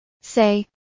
Say